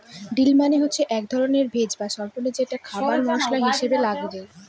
deal মানে হচ্ছে এক ধরনের ভেষজ বা স্বল্পা যেটা খাবারে মশলা হিসাবে লাগে